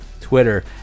Twitter